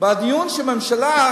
בדיון שהממשלה,